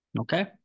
Okay